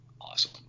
awesome